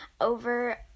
over